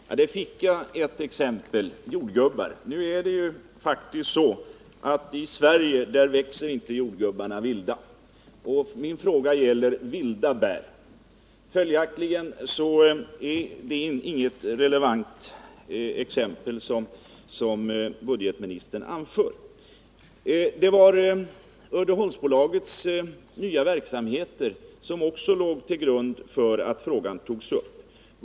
Herr talman! Här fick jag ett exempel: jordgubbar! I Sverige växer faktiskt inte jordgubbarna vilda, och min fråga gäller vilda bär. Följaktligen är det inget relevant exempel som budgetministern anför. Uddeholmsbolagets nya verksamheter med bl.a. bärexport låg också till grund för att jag tog upp frågan.